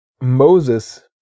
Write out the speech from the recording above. Moses